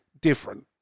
different